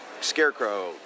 Scarecrow